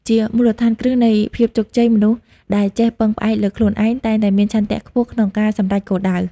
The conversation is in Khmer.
ជាមូលដ្ឋានគ្រឹះនៃភាពជោគជ័យមនុស្សដែលចេះពឹងផ្អែកលើខ្លួនឯង តែងតែមានឆន្ទៈខ្ពស់ក្នុងការសម្រេចគោលដៅ។